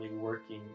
working